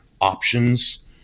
options